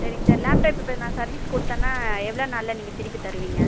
சரிங்க sir laptop இப்போ நான் சர்வீஸ் கொடுத்தேனா எவ்வளோ நாளில் நீங்கள் திருப்பி தருவீங்க